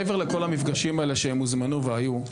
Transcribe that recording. מעבר לכל המפגשים האלה שהם הוזמנו והיו,